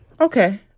Okay